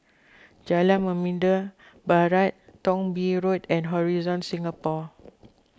Jalan Membina Barat Thong Bee Road and Horizon Singapore